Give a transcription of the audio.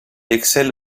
excelle